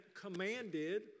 commanded